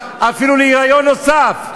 אפילו להיריון נוסף.